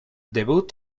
debut